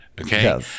okay